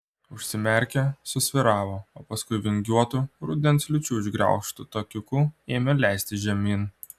užsimerkė susvyravo o paskui vingiuotu rudens liūčių išgraužtu takiuku ėmė leistis žemyn